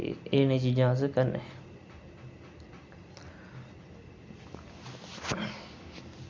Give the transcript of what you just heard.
एह् नेहीं चीज़ां अस करने